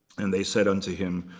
and they said unto him,